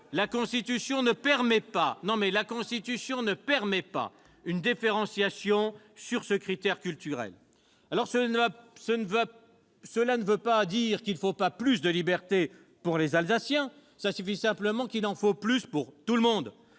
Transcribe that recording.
La Constitution ne permet pas une différenciation assise sur le critère culturel. Cela ne veut pas dire qu'il ne faut pas plus de libertés pour les Alsaciens. Cela signifie qu'il en faut plus pour tout le monde.